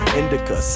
indica